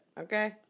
okay